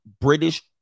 British